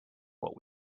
what